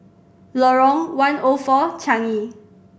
Lorong One O Four Changi